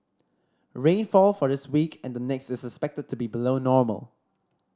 rainfall for this week and the next is expected to be below normal